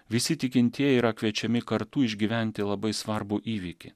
visi tikintieji yra kviečiami kartu išgyventi labai svarbų įvykį